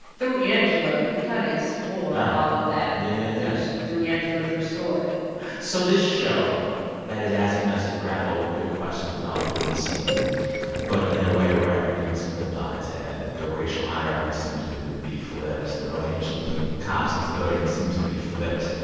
through angela, we kind of explore all of that. yeah, yeah, yeah. through angela through story so this show that is asking us to grapple with big questions about policing but in a way where everything's flipped on its head the racial hierarchy seems to be flipped. the relationship between cops and civilians seems to be flipped.